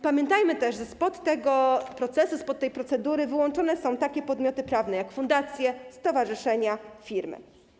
Pamiętajmy też, że spod tego procesu, spod tej procedury wyłączone są takie podmioty prawne jak fundacje, stowarzyszenia czy firmy.